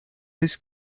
his